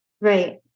Right